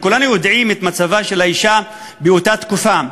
וכולנו יודעים את מצבה של האישה באותה תקופה.